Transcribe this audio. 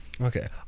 Okay